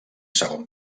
segon